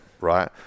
right